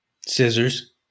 Scissors